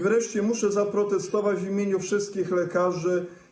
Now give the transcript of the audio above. Wreszcie muszę zaprotestować w imieniu wszystkich lekarzy.